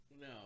no